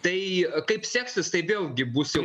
tai kaip seksis tai vėl gi bus jau